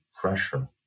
pressure